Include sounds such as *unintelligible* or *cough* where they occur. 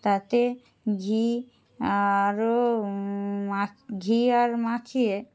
তাতে ঘি আরও *unintelligible* ঘি আর মাখিয়ে